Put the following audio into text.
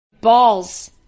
balls